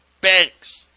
banks